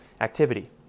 activity